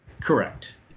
Correct